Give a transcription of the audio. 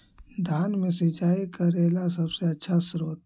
धान मे सिंचाई करे ला सबसे आछा स्त्रोत्र?